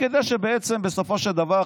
כדי שבסופו של דבר,